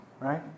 right